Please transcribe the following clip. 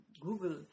Google